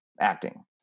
acting